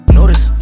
notice